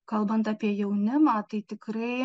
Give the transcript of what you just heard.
kalbant apie jaunimą tai tikrai